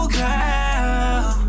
girl